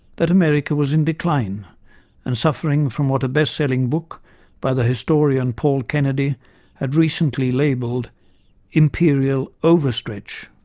that america was in decline and suffering from what a best-selling book by the historian paul kennedy had recently labelled imperial overstretch.